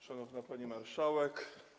Szanowna Pani Marszałek!